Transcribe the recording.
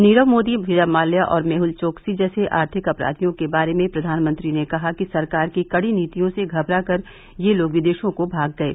नीरव मोदी विजय माल्या और मेहल चोकसी जैसे आर्थिक अपराधियों के बारे में प्रधानमंत्री ने कहा कि सरकार की कड़ी नीतियों से घबराकर ये लोग विदेशों को भाग गये